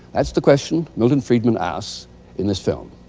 that's the question milton friedman asks in this film.